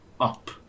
up